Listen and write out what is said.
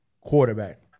quarterback